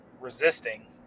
resisting